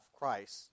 Christ